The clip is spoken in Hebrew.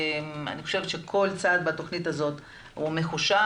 אני חושבת שכל צד בתוכנית הזאת הוא מחושב